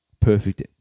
perfect